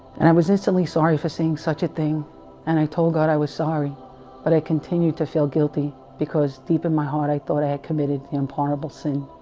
and i was instantly, sorry for seeing such a thing and i told god i was sorry but i continued to feel guilty? because deep in my heart i thought i had committed the importable sin